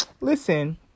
listen